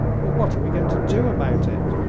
but what are we going to do about it?